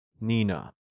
Nina